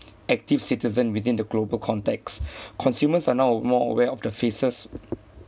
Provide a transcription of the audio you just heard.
active citizen within the global context consumers are now more aware of the faces